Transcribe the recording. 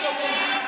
הצעת סיעות